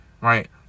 right